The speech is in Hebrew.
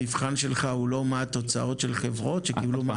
המבחן שלך הוא לא מה התוצאות של חברות שקיבלו מענקים?